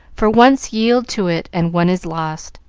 for once yield to it, and one is lost.